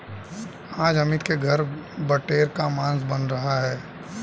आज अमित के घर बटेर का मांस बन रहा है